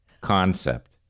concept